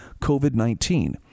COVID-19